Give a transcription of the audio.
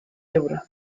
ebro